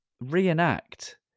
reenact